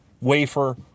wafer